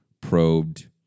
probed